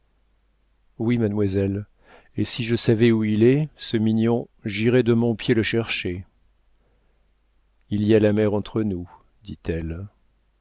oui mademoiselle et si je savais où il est ce mignon j'irais de mon pied le chercher il y a la mer entre nous dit-elle